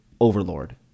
overlord